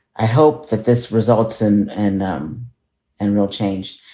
i hope that this results and and and we'll change.